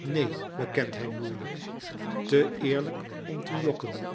neen bekent hij moeilijk te eerlijk om te jokken